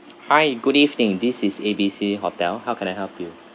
hi good evening this is A_B_C hotel how can I help you